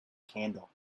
candle